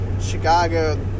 Chicago